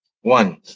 One